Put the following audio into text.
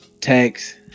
text